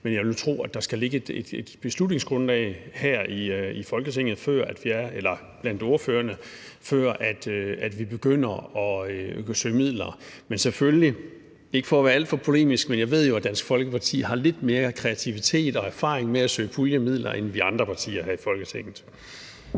men jeg vil tro, at der skal ligge et beslutningsgrundlag blandt ordførerne, før vi begynder at kunne søge midler. Det er ikke for at være alt for polemisk, men jeg ved jo, at Dansk Folkeparti har lidt mere kreativitet i og erfaring med at søge puljemidler end vi andre partier her i Folketinget.